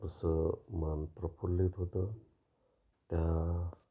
जसं मन प्रफुल्लित होतं त्या